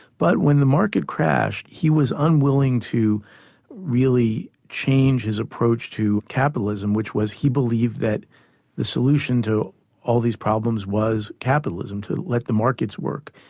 but when the market crashed, he was unwilling to really change his approach to capitalism, which was, he believed that the solution to all these problems was capitalism, to let the markets work.